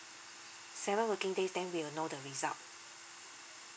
seven working days then we'll know the result